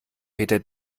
peter